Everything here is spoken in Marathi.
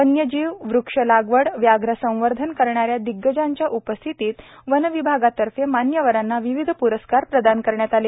वन्यजीव वृक्ष लागवड व्याघ्र संवर्धन करणाऱ्या दिग्गजांच्या उपस्थितीत वनविभागातर्फे मान्यवरांना विविध प्रस्कार प्रदान करण्यात आले